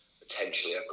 potentially